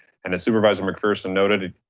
and as supervisor mcpherson noted,